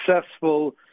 successful